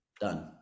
done